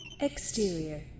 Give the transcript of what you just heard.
Exterior